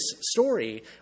story